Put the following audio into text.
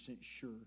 sure